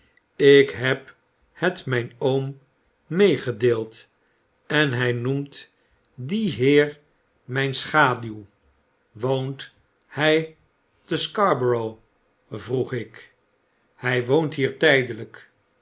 ik heb het myn o'om meegedeeld en hy noemt dien heer myn schaduw woont hij te scarborough vroeg ik hij is hier tijdelijk